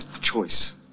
Choice